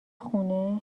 خونه